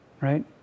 right